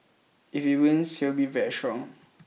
if he wins he will be very strong